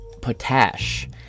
potash